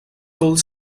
called